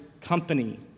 company